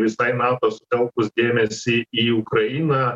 visai nato sutelkus dėmesį į ukrainą